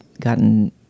gotten